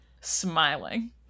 smiling